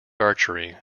archery